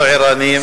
אנחנו ערניים.